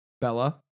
Bella